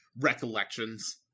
recollections